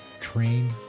train